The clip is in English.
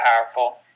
powerful